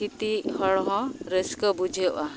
ᱠᱷᱤᱛᱤ ᱦᱚᱲ ᱦᱚᱸ ᱨᱟᱹᱥᱠᱟᱹ ᱵᱩᱡᱷᱟᱹᱣᱟ